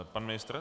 Pan ministr?